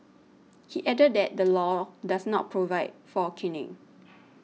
he added that the law does not provide for caning